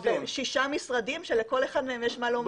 בשישה משרדים כאשר לכל אחד יש מה לומר.